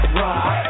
rock